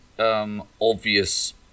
Obvious